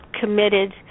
committed